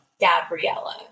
Gabriella